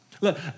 Look